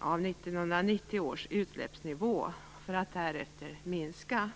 av 1990 års utsläppsnivå. Därefter skulle utsläppen minska.